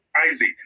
Isaac